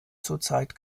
zurzeit